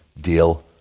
deal